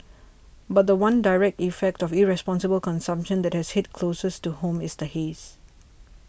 but the one direct effect of irresponsible consumption that has hit closest to home is the haze